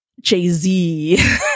jay-z